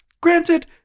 granted